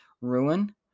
ruin